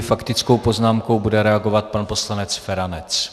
Faktickou poznámkou bude reagovat pan poslanec Feranec.